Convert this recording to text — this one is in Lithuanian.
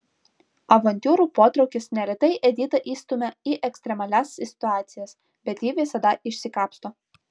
avantiūrų potraukis neretai editą įstumia į ekstremalias situacijas bet ji visada išsikapsto